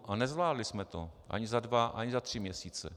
A nezvládli jsme to ani za dva ani za tři měsíce.